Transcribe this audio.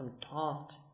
taught